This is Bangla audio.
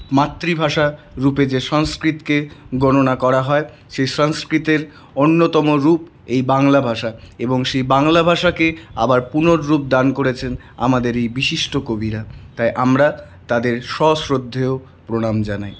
মাতৃভাষা রূপে যে সংস্কৃতিকে গণনা করা হয় সেই সংস্কৃতের অন্যতম রূপ বাংলা ভাষা এবং সেই বাংলা ভাষাকে আবার পুনরূপ দান করেছেন আমাদের এই বিশিষ্ট কবিরা তাই আমরা তাদের সশ্রদ্ধেয় প্রণাম জানাই